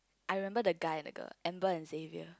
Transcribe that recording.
I remember the guy and the girl Amber and Xavier